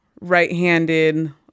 right-handed